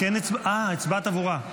הצבעת עבורה.